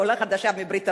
עולה חדשה מברית-המועצות,